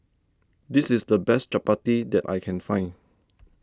this is the best Chapati that I can find